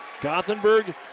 Gothenburg